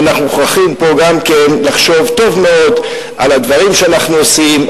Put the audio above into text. ואנחנו מוכרחים פה גם כן לחשוב טוב מאוד על הדברים שאנחנו עושים,